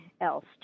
else